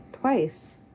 twice